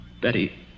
Betty